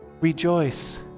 Rejoice